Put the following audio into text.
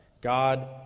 God